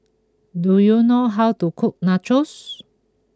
do you know how to cook Nachos